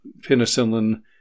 penicillin